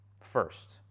first